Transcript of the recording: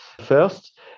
first